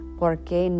porque